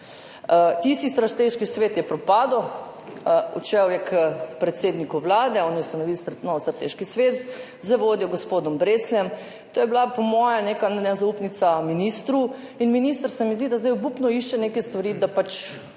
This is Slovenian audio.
Tisti strateški svet je propadel, odšel je k predsedniku Vlade. On je ustanovil nov strateški svet z vodjo gospodom Brecljem. To je bila po mojem neka nezaupnica ministru in minister se mi zdi, da zdaj obupno išče neke stvari, da se